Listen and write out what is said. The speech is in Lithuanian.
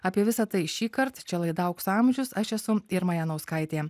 apie visa tai šįkart čia laida aukso amžius aš esu irma janauskaitė